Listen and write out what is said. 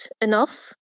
enough